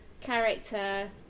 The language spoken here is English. character